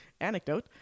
anecdote